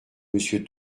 monsieur